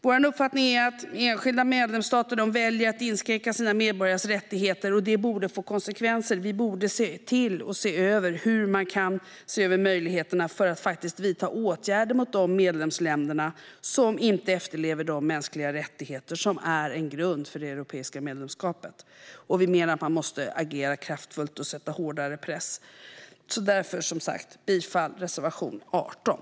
Vår uppfattning är att det borde få konsekvenser för enskilda medlemsstater som väljer att inskränka sina medborgares rättigheter. Vi borde se över möjligheterna att vidta åtgärder mot de medlemsländer som inte efterlever de mänskliga rättigheter som är en grund för det europeiska unionsmedlemskapet. Vi menar att man måste agera kraftfullt och sätta hårdare press. Därför yrkar jag, som sagt, bifall till reservation 18.